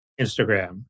Instagram